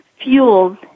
fuels